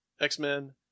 X-Men